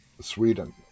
Sweden